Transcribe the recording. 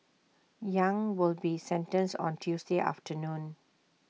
yang will be sentenced on Tuesday afternoon